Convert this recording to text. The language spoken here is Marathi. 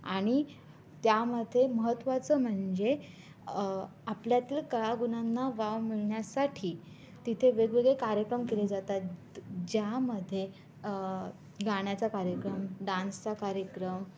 आणि त्यामध्ये महत्वाचं म्हणजे आपल्यातील कलागुणांना वाव मिळण्यासाठी तिथे वेगवेगळे कार्यक्रम केले जातात ज्यामध्ये गाण्याचा कार्यक्रम डान्सचा कार्यक्रम